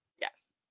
Yes